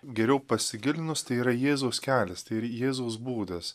geriau pasigilinus tai yra jėzaus kelias tai ir jėzaus būdas